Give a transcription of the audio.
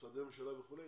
במשרדי ממשלה וכו',